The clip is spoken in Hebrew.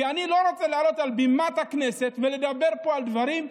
כי אני לא רוצה לעלות על בימת הכנסת ולדבר פה על דברים,